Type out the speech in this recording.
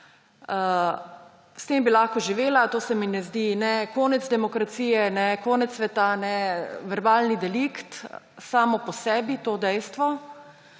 S tem bi lahko živela, to se mi ne zdi ne konec demokracije ne konec sveta, verbalni delikt, samo po sebi to dejstvo.